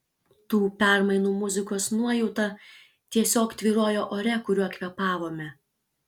tų permainų muzikos nuojauta tiesiog tvyrojo ore kuriuo kvėpavome